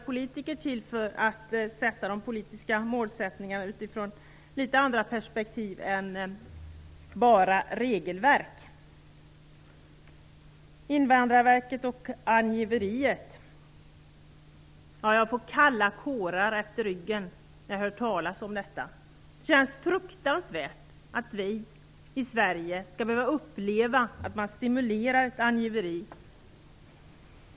Politiker har vi för att de skall sätta de politiska målen, och för att de skall göra detta i litet andra perspektiv än regelverkets. Invandrarverket och angiveriet får jag kalla kårar efter ryggen när jag hör talas om. Det känns fruktansvärt att vi i Sverige skall behöva uppleva att man stimulerar angiveri.